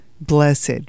Blessed